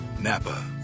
Napa